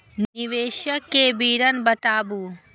निवेश के विवरण बताबू?